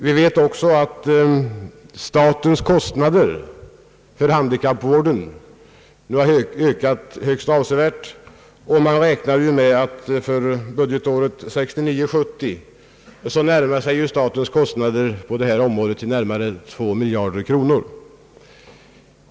Vi vet också att statens kostnader för handikappvården nu har ökat högst avsevärt. Man räknar ju med att för budgetåret 1969/70 närmar sig statens utgifter på detta område två miljarder kronor.